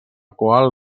qual